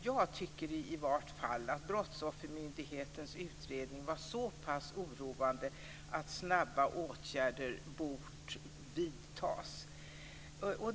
Jag tycker att Brottsoffermyndighetens utredning var så pass oroande att snabba åtgärder hade bort vidtas.